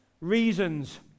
reasons